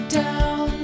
down